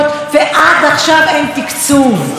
איך יכול, יש תקצוב, אין כסף.